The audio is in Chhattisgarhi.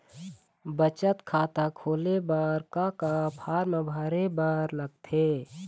बचत खाता खोले बर का का फॉर्म भरे बार लगथे?